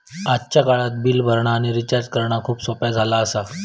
आजच्या काळात बिल भरणा आणि रिचार्ज करणा खूप सोप्प्या झाला आसा